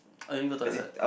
I need go toilet